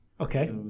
okay